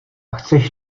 chceš